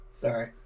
Sorry